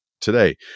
today